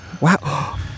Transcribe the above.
Wow